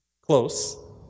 Close